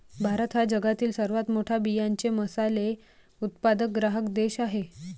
भारत हा जगातील सर्वात मोठा बियांचे मसाले उत्पादक ग्राहक देश आहे